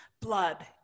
blood